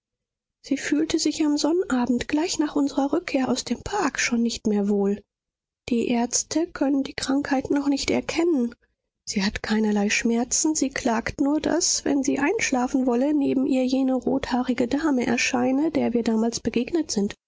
sie fühlte sich am sonnabend gleich nach unserer rückkehr aus dem park schon nicht mehr wohl die ärzte können die krankheit noch nicht erkennen sie hat keinerlei schmerzen sie klagt nur daß wenn sie einschlafen wolle neben ihr jene rothaarige dame erscheine der wir damals begegnet sind